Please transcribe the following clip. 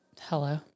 Hello